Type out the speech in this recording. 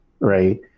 right